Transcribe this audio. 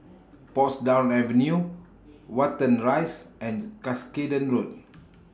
Portsdown Avenue Watten Rise and Cuscaden Road